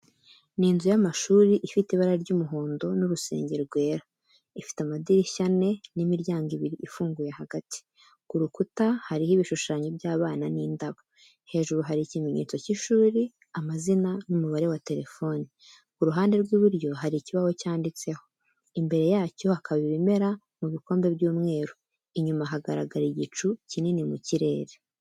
Ni inzu y'amashuri ifite ibara ry’umuhondo n'urusenge rwera. Ifite amadirishya ane n’imiryango ibiri ifunguye hagati. Ku rukuta hariho ibishushanyo by'abana n'indabo. Hejuru hari ikimenyetso cy’ishuri, amazina n’umubare wa telefone. Ku ruhande rw’iburyo hari ikibaho cyanditseho, imbere yacyo hakaba ibimera mu bikombe by’umweru. Inyuma hagaragara igicu kinini mu kirere.